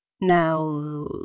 Now